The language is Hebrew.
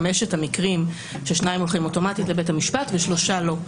חמשת המקרים כאשר שניים הולכים אוטומטית לבית המשפט ושלושה לא.